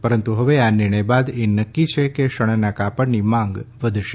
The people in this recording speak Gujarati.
પરંતુ હવે આ નિર્ણય બાદ એ નક્કી છેકે શણનાં કાપડની માંગ વધશે